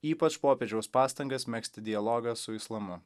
ypač popiežiaus pastangas megzti dialogą su islamu